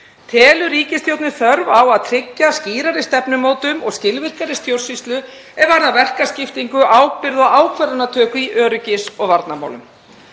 Telur ríkisstjórnin þörf á að tryggja skýrari stefnumótun og skilvirkari stjórnsýslu er varðar verkaskiptingu, ábyrgð og ákvarðanatöku í öryggis- og varnarmálum?